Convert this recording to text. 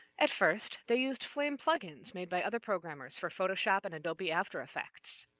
at first, they used flame plugins, made by other programmers, for photoshop and adobe aftereffects.